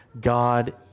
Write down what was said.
God